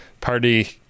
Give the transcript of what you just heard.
party